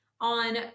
on